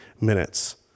minutes